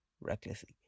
recklessly